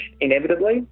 inevitably